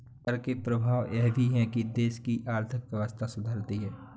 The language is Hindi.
कर के प्रभाव यह भी है कि देश की आर्थिक व्यवस्था सुधरती है